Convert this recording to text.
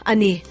Ani